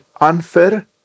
unfair